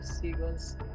seagulls